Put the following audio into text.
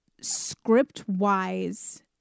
script-wise